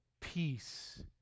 Peace